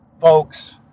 Folks